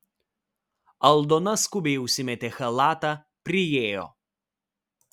aldona skubiai užsimetė chalatą priėjo